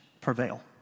prevail